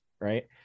right